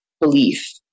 belief